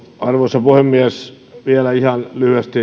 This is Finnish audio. arvoisa puhemies vielä ihan lyhyesti